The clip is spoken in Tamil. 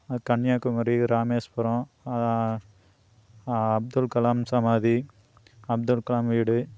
கன்னியாக்குமரி ராமேஸ்வரம் அப்துல்கலாம் சமாதி அப்துல்கலாம் வீடு